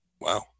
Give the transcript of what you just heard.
Wow